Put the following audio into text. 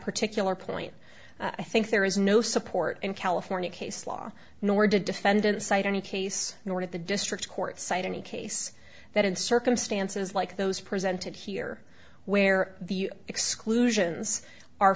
particular point i think there is no support in california case law nor did defendant cite any case nor did the district court cite any case that in circumstances like those presented here where the exclusion